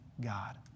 God